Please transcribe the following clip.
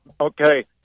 Okay